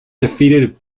defeated